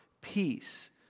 peace